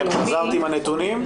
חזרת עם הנתונים?